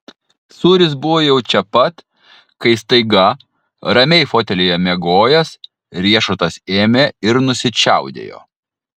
sūris buvo jau čia pat kai staiga ramiai fotelyje miegojęs riešutas ėmė ir nusičiaudėjo